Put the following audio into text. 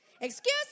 Excuse